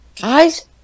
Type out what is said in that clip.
Guys